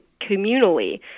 communally